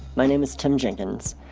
my name is tim jenkins.